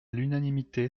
l’unanimité